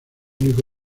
único